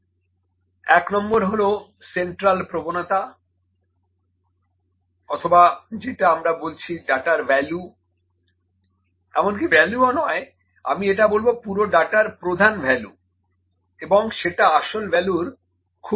1 নম্বর হলো সেন্ট্রাল প্রবণতা অথবা যেটা আমরা বলছি ডাটার ভ্যালু এমনকি ভ্যালুও নয় আমি এটা বলবো পুরো ডাটার প্রধান ভ্যালু এবং সেটা আসল ভ্যালুর খুব কাছে থাকবে